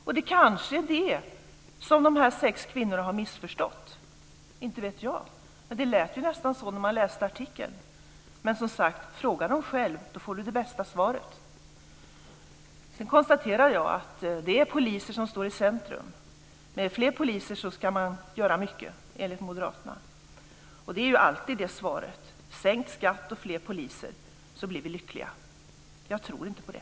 Det är kanske detta som dessa sju kvinnor har missförstått. Inte vet jag, men det verkade nästan så när man läste artikeln. Men fråga dem själva - då får man det bästa svaret. Sedan konstaterar jag att det är poliser som står i centrum. Med fler poliser ska man göra mycket, enligt Moderaterna. Det är alltid det svaret man får från dem. Med sänkt skatt och fler poliser blir vi lyckliga. Jag tror inte på det.